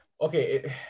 okay